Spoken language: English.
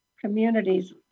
communities